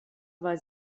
war